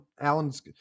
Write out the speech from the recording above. Alan's